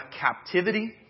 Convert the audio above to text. captivity